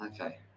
Okay